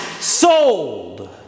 sold